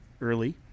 early